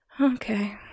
Okay